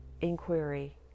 inquiry